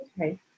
okay